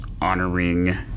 honoring